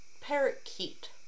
parakeet